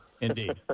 Indeed